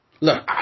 Look